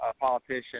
politician